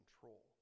control